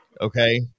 Okay